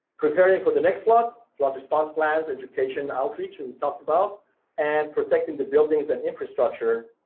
preparing for the next flood, flood response plans, education, outreach and we talked about and protecting the buildings and infrastructure,